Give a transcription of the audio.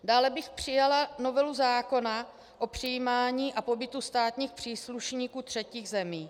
Dále bych přijala novelu zákona o přijímání a pobytu státních příslušníků třetích zemí.